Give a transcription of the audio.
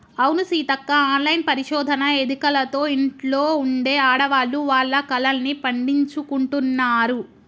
అవును సీతక్క ఆన్లైన్ పరిశోధన ఎదికలతో ఇంట్లో ఉండే ఆడవాళ్లు వాళ్ల కలల్ని పండించుకుంటున్నారు